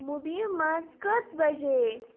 مُبیہِ منٛز کٔژ بجے